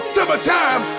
Summertime